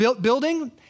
building